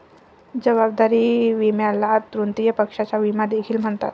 जबाबदारी विम्याला तृतीय पक्षाचा विमा देखील म्हणतात